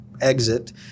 Exit